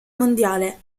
mondiale